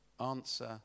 answer